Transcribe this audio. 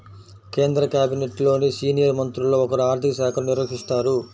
కేంద్ర క్యాబినెట్లోని సీనియర్ మంత్రుల్లో ఒకరు ఆర్ధిక శాఖను నిర్వహిస్తారు